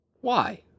Why